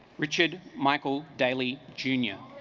richard michael daley jr.